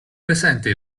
presente